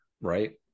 right